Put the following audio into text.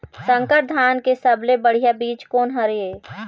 संकर धान के सबले बढ़िया बीज कोन हर ये?